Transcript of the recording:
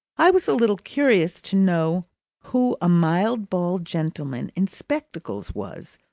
i was a little curious to know who a mild bald gentleman in spectacles was,